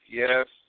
yes